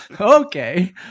Okay